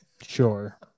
sure